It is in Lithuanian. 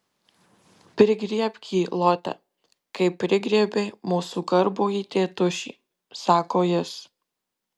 prigriebk jį lote kaip prigriebei mūsų garbųjį tėtušį sako jis